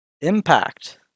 Impact